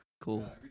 Cool